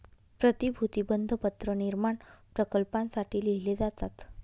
प्रतिभूती बंधपत्र निर्माण प्रकल्पांसाठी लिहिले जातात